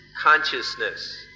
consciousness